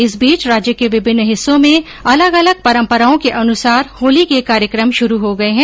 इस बीच राज्य के विभिन्न हिस्सों में अलग अलग परम्पराओं के अनुसार होली के कार्यक्रम शुरू हो गए है